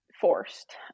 forced